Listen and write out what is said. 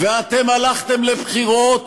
ואתם הלכתם לבחירות